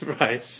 Right